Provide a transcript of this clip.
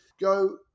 go